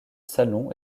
salon